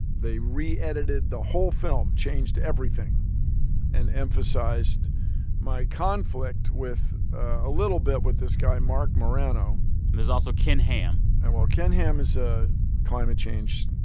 they re-edited the whole film, changed everything and emphasized my conflict with a little bit with this guy marc morano and there's also ken ham and well, ken ham is a climate-change